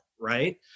Right